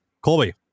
Colby